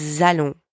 allons